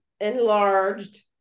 enlarged